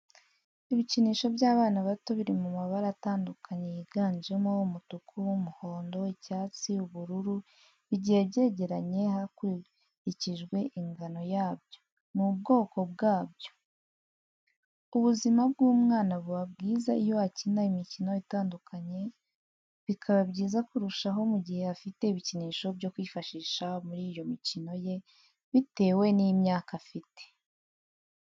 Ibikinisho by'abana bato biri mu mabara atandukanye yiganjemo umutuku, umuhondo, icyatsi, ubururu, bigiye byegeranye hakurikijwe ingano yabyo n'ubwoko bwabyo. Ubuzima bw'umwana buba bwiza iyo akina imikino itandukanye, bikaba byiza kurushaho mu gihe afite ibikinisho byo kwifashisha muri iyo mikino ye bitewe n'imyaka afite.